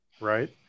right